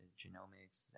genomics